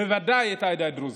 ובוודאי את העדה הדרוזית.